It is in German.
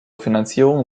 finanzierung